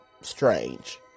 strange